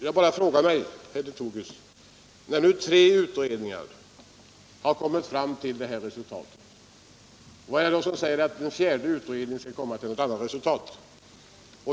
Jag bara frågar mig, herr Lothigius: När nu tre utredningar har kommit fram till detta resultat, vad är det då som säger att en fjärde utredning skall komma till annat resultat?